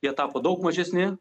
jie tapo daug mažesni